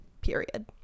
period